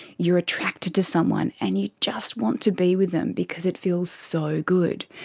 you're attracted to someone and you just want to be with them because it feels so good.